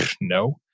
no